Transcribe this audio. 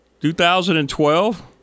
2012